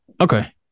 Okay